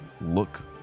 look